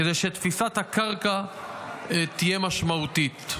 כדי שתפיסת הקרקע תהיה משמעותית.